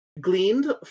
gleaned